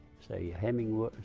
say hemingway,